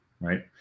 right